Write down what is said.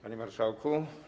Panie Marszałku!